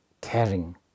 caring